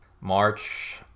march